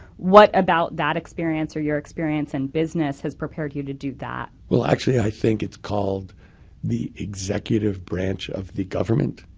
what about that experience or your experience in business has prepared you to do that? well, actually i think it's called the executive branch of the government.